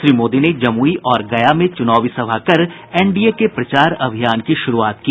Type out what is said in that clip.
श्री मोदी ने जमुई और गया में चुनावी सभा कर एनडीए के प्रचार अभियान की शुरूआत की